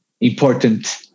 important